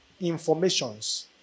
informations